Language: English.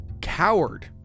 coward